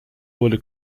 wurde